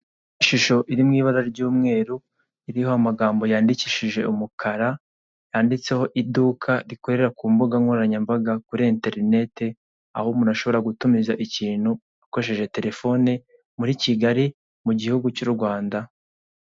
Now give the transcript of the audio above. Ishusho iri mu ibara ry'umweru, iriho amagambo yandikishije umukara, yanditseho iduka rikorera ku mbuga nkoranyambaga kuri Enterinete, aho umuntu ashobora gutumiza ikintu akoresheje telefone muri Kigali mu gihugu cy'u Rwanda.